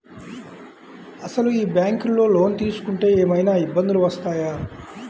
అసలు ఈ బ్యాంక్లో లోన్ తీసుకుంటే ఏమయినా ఇబ్బందులు వస్తాయా?